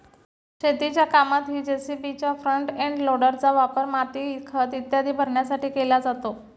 शेतीच्या कामातही जे.सी.बीच्या फ्रंट एंड लोडरचा वापर माती, खत इत्यादी भरण्यासाठी केला जातो